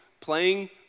playing